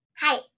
Hi